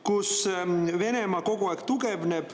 et Venemaa kogu aeg tugevneb